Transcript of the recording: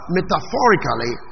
Metaphorically